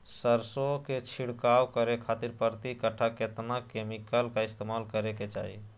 सरसों के छिड़काव करे खातिर प्रति कट्ठा कितना केमिकल का इस्तेमाल करे के चाही?